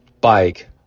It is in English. bike